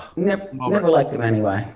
never liked them anyway.